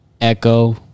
echo